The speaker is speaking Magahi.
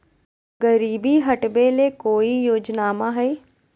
गरीबी हटबे ले कोई योजनामा हय?